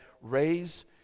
raise